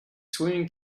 swimming